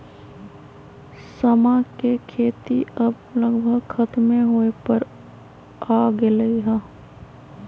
समा के खेती अब लगभग खतमे होय पर आ गेलइ ह